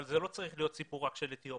אבל זה לא צריך להיות רק סיפור של אתיופים.